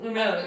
no